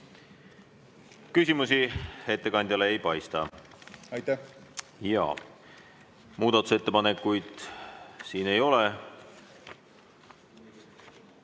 Küsimusi ettekandjale ei paista. Ja muudatusettepanekuid siin ei ole.